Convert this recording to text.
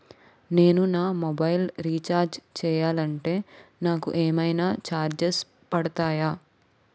నేను నా mobile recharge చేయాలంటే నాకు ఏమైనా చార్జెస్ పడతాయా?